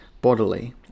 bodily